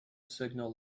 signal